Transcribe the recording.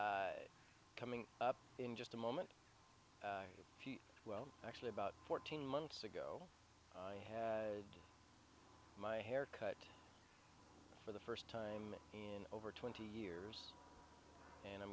o coming up in just a moment well actually about fourteen months ago i had my hair cut for the first time in over twenty years and i'm